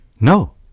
No